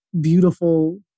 beautiful